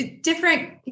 different